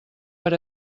per